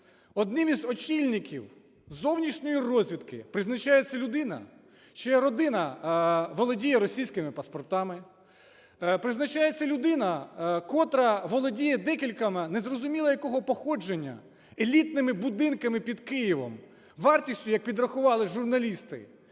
одним із очільників зовнішньої розвідки призначається людина, чия родина володіє російськими паспортами. Призначається людина, котра володіє декількома, незрозуміло якого походження, елітними будинками під Києвом вартістю, як підрахували журналісти,